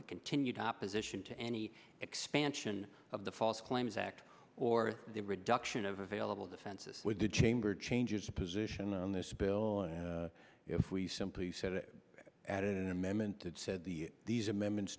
the continued opposition to any expansion of the false claims act or the reduction of available defenses with the chamber changes a position on this bill if we simply set it at an amendment that said the these amendments